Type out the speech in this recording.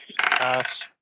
Pass